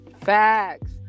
Facts